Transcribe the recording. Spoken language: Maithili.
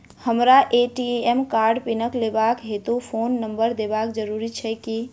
हमरा ए.टी.एम कार्डक पिन लेबाक हेतु फोन नम्बर देबाक जरूरी छै की?